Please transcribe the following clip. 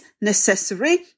necessary